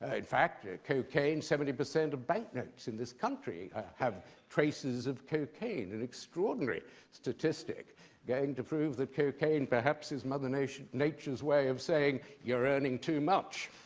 ah in fact, yeah cocaine, seventy percent of banknotes in this country have traces of cocaine. an extraordinary statistic going to prove that cocaine, perhaps, is mother nature's nature's way of saying, you're earning too much.